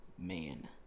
Man